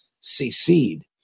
secede